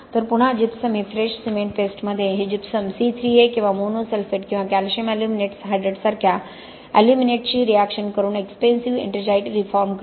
तर पुन्हा जिप्सम हे फ्रेश सिमेंट पेस्टमध्ये हे जिप्सम C3A किंवा मोनो सल्फेट किंवा कॅल्शियम एल्युमिनेट हायड्रेट सारख्या एल्युमिनेट शी रिएक्शन करून एक्सपेन्सिव्ह एट्रिंजाइट रिफॉर्म करते